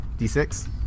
D6